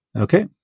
Okay